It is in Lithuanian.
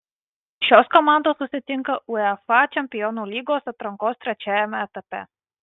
šios komandos susitinka uefa čempionų lygos atrankos trečiajame etape